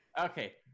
Okay